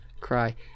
Cry